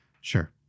Sure